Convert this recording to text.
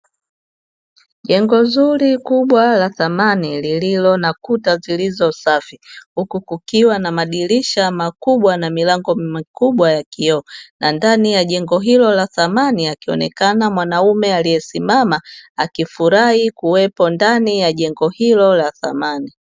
Jengo zuri kubwa la samani lililo na kuta zilizo safi, huku kukiwa na madirisha makubwa na milango mikubwa ya kioo na ndani ya jengo hilo la samani akionekana mwanaume aliyesimama, akifurahi kuwemo ndani ya jengo hilo la samani.